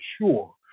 sure